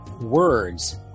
words